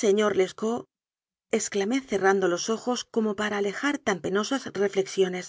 señor lescautexclamé cerrando los ojos como para alejar tan penosas reflexio nes